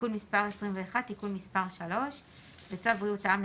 (תיקון מס' 21) (תיקון מס' 3). "1.